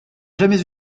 jamais